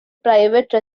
private